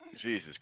Jesus